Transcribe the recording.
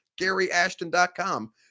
GaryAshton.com